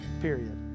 Period